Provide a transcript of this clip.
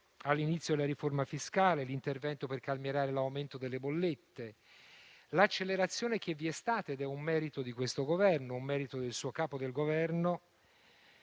all'inizio della riforma fiscale, dall'intervento per calmierare l'aumento delle bollette all'accelerazione che vi è stata - ed è un merito di questo Governo e del suo Capo - nel